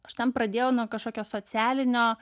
aš ten pradėjau nuo kažkokio socialinio